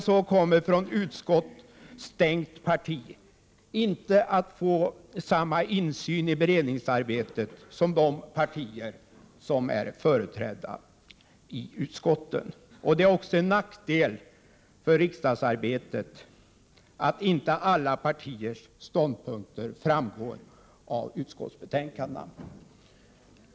Ett parti som är utestängt från utskotten kommer likaså inte heller att få samma insyn i beredningsarbetet som de partier som är företrädda i utskotten. Det är också en nackdel för riksdagsarbetet att alla partiers ståndpunkter inte framgår av utskottsbetänkandena.